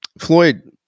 Floyd